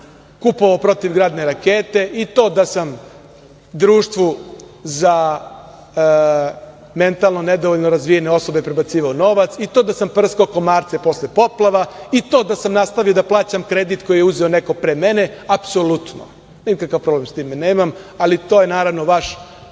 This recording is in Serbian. kupovao protivgradne rakete, i to da sam Društvu za mentalno nedovoljno razvijene osobe prebacivao novac, i to da sam prskao komarce posle poplava, i to da sam nastavio da plaćam kredit koji je uzeo neko pre mene, apsolutno. Nikakav problem s tim nemam, ali to je, naravno, vaš